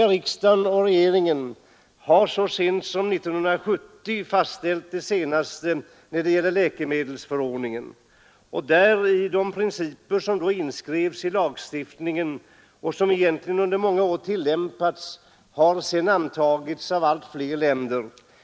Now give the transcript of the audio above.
Riksdagen och regeringen har fastställt läkemedelsförordningen så sent som 1970. De principer som då skrevs in i lagstiftningen och som egentligen hade tillämpats under många år har sedan antagits av allt fler länder.